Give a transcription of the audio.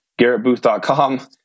garrettbooth.com